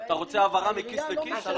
אתה רוצה העברה מכיס לכיס?